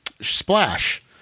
Splash